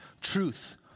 truth